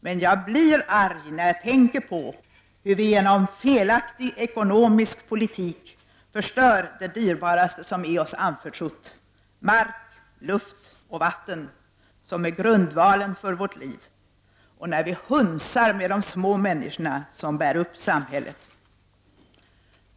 Men jag blir arg när jag tänker på hur vi genom en felaktig ekonomisk politik förstör det dyrbaraste som är oss anförtrott: mark, luft och vatten som är grundvalen för vårt liv, och när vi hunsar med de små människorna, som bär upp samhället.